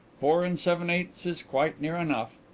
four and seven-eighths is quite near enough.